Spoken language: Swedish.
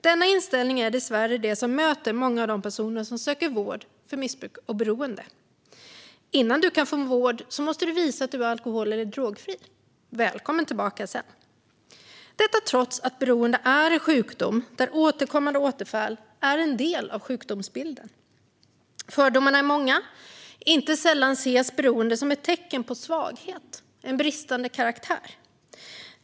Denna inställning är dock dessvärre vad som möter många av de personer som söker vård för missbruk eller beroende, fru talman. "Innan du kan få vård måste du visa att du är alkohol eller drogfri. Välkommen tillbaka sedan!" Så är det trots att beroende är en sjukdom där återkommande återfall är en del av sjukdomsbilden. Fördomarna är många. Inte sällan ses beroendet som ett tecken på svaghet - en bristande karaktär.